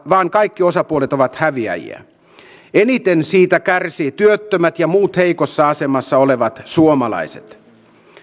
vaan kaikki osapuolet ovat häviäjiä eniten siitä kärsivät työttömät ja muut heikossa asemassa olevat suomalaiset